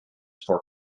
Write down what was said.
for